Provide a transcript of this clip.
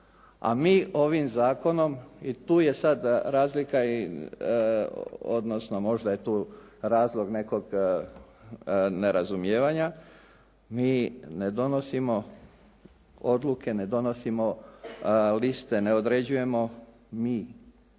a mi ovim zakonom i tu je sada razlika, odnosno možda je to razlog nekakvog nerazumijevanja. Mi ne donosimo odluke, mi ne donosimo liste, ne određujemo mi